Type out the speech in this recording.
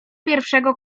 pierwszego